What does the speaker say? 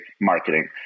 marketing